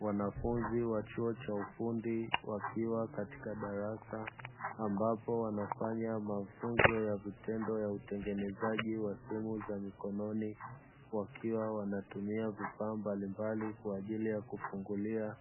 Wanafunzi wa chuo cha ufundi wakiwa katika darasa, ambapo wanafanya mafunzo ya vitendo ya utengenezaji wa simu za mikononi; wakiwa wanatumia vifaa mbalimbali kwa ajili ya kufungulia,